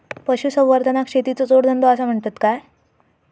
पशुसंवर्धनाक शेतीचो जोडधंदो आसा म्हणतत काय?